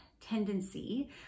tendency